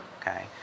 Okay